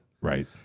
right